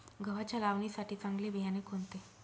गव्हाच्या लावणीसाठी चांगले बियाणे कोणते?